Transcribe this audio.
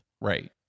right